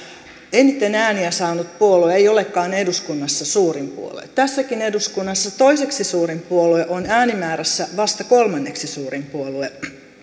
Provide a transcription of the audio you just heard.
eniten ääniä saanut puolue ei olekaan eduskunnassa suurin puolue tässäkin eduskunnassa toiseksi suurin puolue on äänimäärässä vasta kolmanneksi suurin puolue